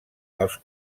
els